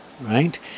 Right